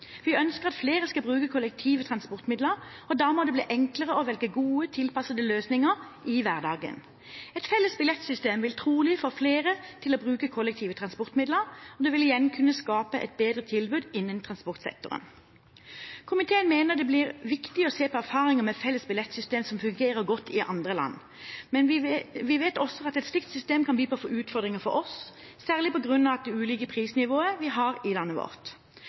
Vi ønsker at flere skal bruke kollektive transportmidler. Da må det bli enklere å velge gode, tilpassede løsninger i hverdagen. Et felles billettsystem vil trolig få flere til å bruke kollektive transportmidler, og det vil igjen kunne skape et bedre tilbud innen transportsektoren. Komiteen mener det blir viktig å se på erfaringer med felles billettsystem som fungerer godt i andre land. Men vi vet at et slikt system kan by på utfordringer for oss, særlig på grunn av de ulike prisnivåer vi har i landet vårt.